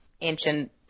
ancient –